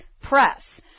press